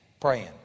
praying